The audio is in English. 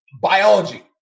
biology